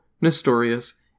Nestorius